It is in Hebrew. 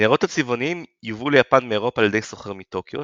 הניירות הצבעוניים יובאו ליפן מאירופה על ידי סוחר מטוקיו,